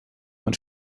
man